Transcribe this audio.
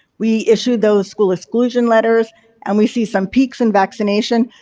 we issued those school exclusion letters and we see some peaks in vaccination,